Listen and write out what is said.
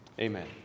amen